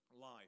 life